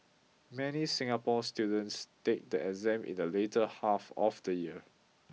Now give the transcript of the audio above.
many Singapore students take the exam in the later half of the year